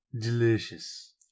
delicious